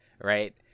right